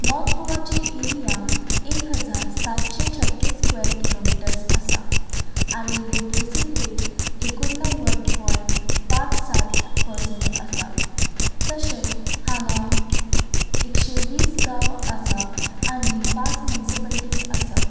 north गोवाची area एक हजार सातशे छत्तीस स्क्वॅर किलोमिटर्ज आसा आनी लिट्रसी रेट एकुणणव्वद पॉयंट पांच सात पर्संट आसा तशेंच हांगां एकशे वीस गांव आसा आनी पांच मुन्सिपालटीज आसात